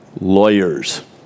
lawyers